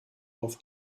auf